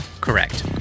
Correct